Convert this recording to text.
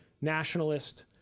nationalist